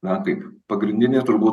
na kaip pagrindinė turbūt